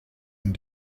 and